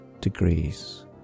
degrees